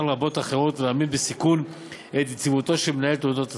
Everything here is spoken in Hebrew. רבות אחרות ולהעמיד בסיכון את יציבותו של מנהל תעודות הסל.